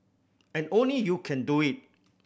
and only you can do it